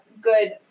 good